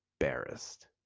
embarrassed